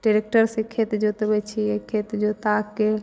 ट्रेक्टरसँ खेत जोतबै छियै खेत जोताके